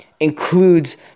includes